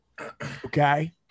Okay